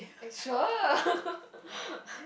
eh sure